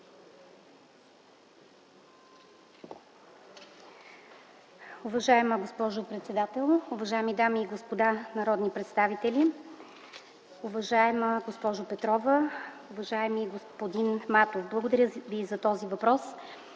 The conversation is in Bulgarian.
благодаря ви за този въпрос.